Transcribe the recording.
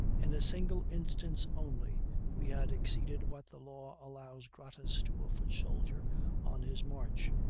in a single instance only we had exceeded what the law allows gratis to a foot-soldier on his march,